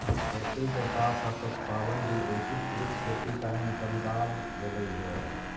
खेती के साथ साथ पशुपालन भी एकीकृत खेती का अंग बनवाल गेलइ हे